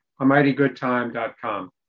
amightygoodtime.com